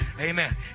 amen